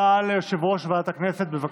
הודעה ליושב-ראש ועדת הכנסת, בבקשה.